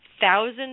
thousand